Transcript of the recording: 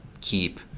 keep